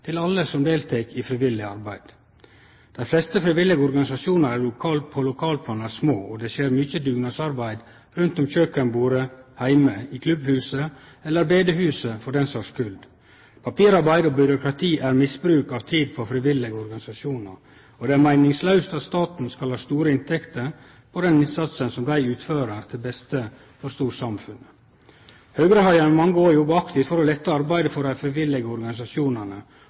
til alle som deltek i frivillig arbeid. Dei fleste frivillige organisasjonar på lokalplanet er små, og det skjer mykje dugnadsarbeid rundt kjøkenbordet heime, i klubbhuset eller på bedehuset for den saks skuld. Papirarbeid og byråkrati er misbruk av tid for frivillige organisasjonar, og det er meiningslaust at staten skal ha store inntekter på den innsatsen som dei utfører til beste for storsamfunnet. Høgre har gjennom mange år jobba aktivt for å lette arbeidet for dei frivillige organisasjonane,